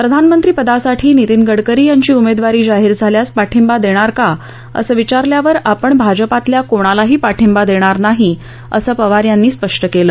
प्रधानमंत्रीपदासाठी नितीन गडकरी यांची उमेदवारी जाहीर झाल्यास पाठिंबा देणार का असं विचारल्यावर आपण भाजपातल्या कोणालाही पाठिंबा देणार नाही असं त्यांनी स्पष्ट केलं